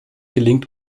gelingt